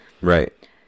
Right